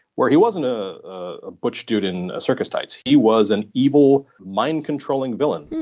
where he wasn't a ah butch dude in circus tights, he was an evil mind-controlling villain.